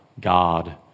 God